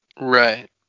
Right